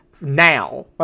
now